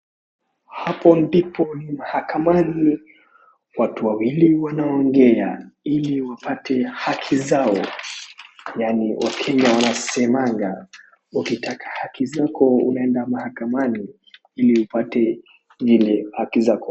Hapa ndipo mahakamani, watu wawili wanaongea ili wapate haki zao, yaani wakenya wanasemanga ukitaka hali zako unaenda mahakamani ili upate zile hali zako.